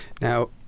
Now